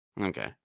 okay